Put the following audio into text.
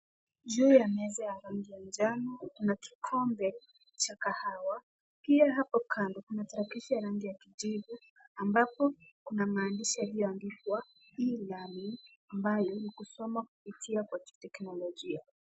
Juu ya meza ya rangi ya njano, kuna kikombe cha kahawa. Pia hapo kando, kuna tarakilishi ya rangi ya kijivu ambapo kuna maandishi yaliyoandikwa e-learning ambayo ni kusoma kupitia kwa kiteknolojia.